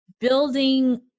building